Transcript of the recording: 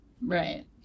Right